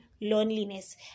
loneliness